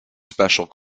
special